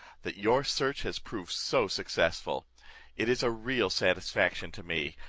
that your search has proved so successful it is a real satisfaction to me,